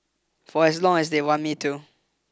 for as long as they want me to